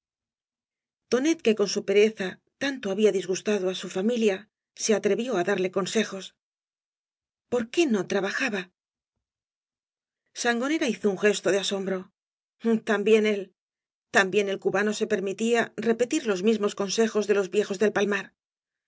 tonet que con su pereza tanto había disgustado á su familia se atrevió á darle consejos por qué no trabajaba gañas t barro b sangonera hizo un gesto de asombro también él también el cubano ee permitía repetir los mismos consejos de los tiejos del palmar